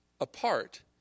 apart